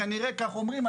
כנראה כך אומרים,